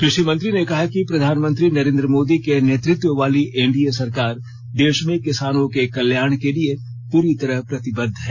कृषि मंत्री ने कहा कि प्रधानमंत्री नरेंद्र मोदी के नेतृत्व वाली एनडीए सरकार देश में किसानों के कल्याण के लिए पूरी तरह प्रतिबद्ध है